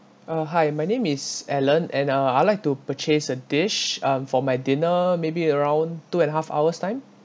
uh hi my name is alan and uh I'd like to purchase a dish um for my dinner maybe around two and a half hours time